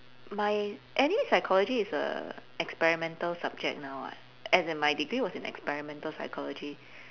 my anyway psychology is a experimental subject now [what] as in my degree was in experimental psychology